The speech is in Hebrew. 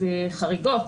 מועדפות וחריגות